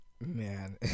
Man